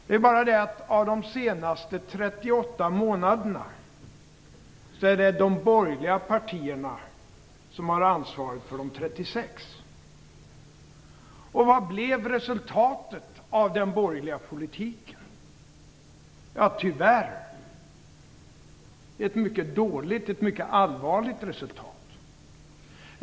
Det är bara det att av de senaste 38 månaderna har de borgerliga partierna haft ansvar för 36. Vad blev resultatet av den borgerliga politiken? Tyvärr blev det ett mycket dåligt och allvarligt resultat.